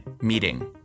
meeting